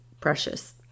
precious